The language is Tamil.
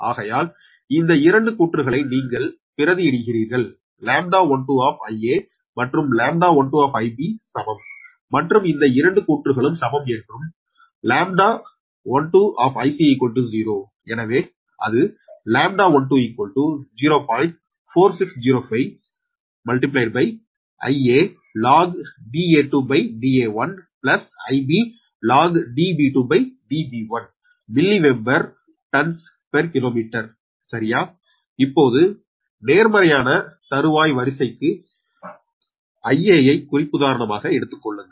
ஆகையால் இந்த 2 கூற்றுகளை நீங்கள் பிரதியிடுகிறீர்கள் λ12 மற்றும் λ12 சமம் மற்றும் இந்த 2 கூற்றுகளும் சமம் மற்றும் λ12 0 எனவே அது milli weber turns per kilometre சரியா இப்போது நேர்மறையான தறுவாய் வரிசை முறைக்கு Ia ஐ குறிப்பாதாரமாக எடுத்துக்கொள்ளுங்கள்